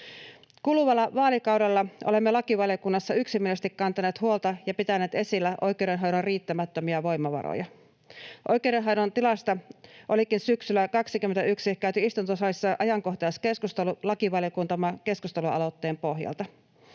Kuluvalla vaalikaudella olemme lakivaliokunnassa yksimielisesti kantaneet huolta ja pitäneet esillä oikeudenhoidon riittämättömiä voimavaroja. Oikeudenhoidon tilasta onkin syksyllä 21 käyty istuntosalissa ajankohtaiskeskustelu lakivaliokuntamme keskustelualoitteen pohjalta.